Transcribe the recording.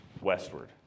westward